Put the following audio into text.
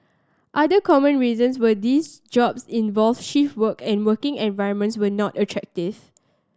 other common reasons were these jobs involved shift work and the working environments were not attractive